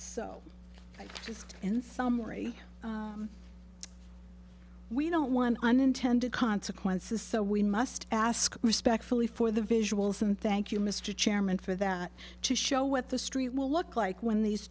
just in summary we don't want unintended consequences so we must ask respectfully for the visuals and thank you mr chairman for that to show what the street will look like when these